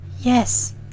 Yes